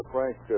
Frank